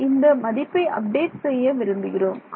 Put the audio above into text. நாம் இந்த மதிப்பை அப்டேட் செய்ய விரும்புகிறோம்